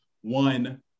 one